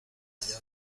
allá